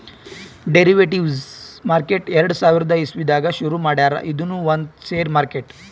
derivatives market ಎರಡ ಸಾವಿರದ್ ಇಸವಿದಾಗ್ ಶುರು ಮಾಡ್ಯಾರ್ ಇದೂನು ಒಂದ್ ಷೇರ್ ಮಾರ್ಕೆಟ್